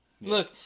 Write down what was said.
look